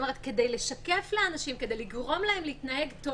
כדי לשקף לאנשים ולגרום להם להתנהג טוב